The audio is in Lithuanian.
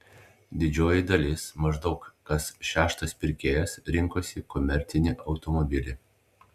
didžioji dalis maždaug kas šeštas pirkėjas rinkosi komercinį automobilį